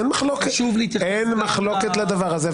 אין מחלוקת לדבר הזה.